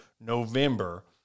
November